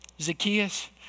Zacchaeus